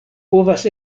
povas